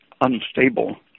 unstable